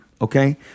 okay